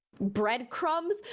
breadcrumbs